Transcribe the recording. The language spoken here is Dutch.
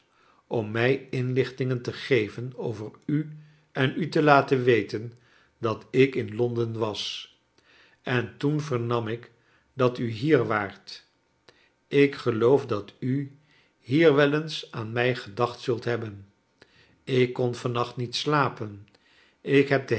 om mij mlichtingen te geven over u en u te laten weten dat ik in londen was en toen vernam ik dat u hier waart ik geloof dat u hier we i eens aan mij gedacht zult hebben ik kon van nacht niet slapen ik heb